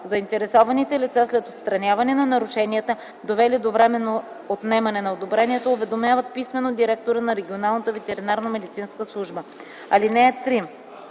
Заинтересованите лица, след отстраняване на нарушенията, довели до временно отнемане на одобрението, уведомяват писмено директора на Регионалната ветеринарномедицинска служба.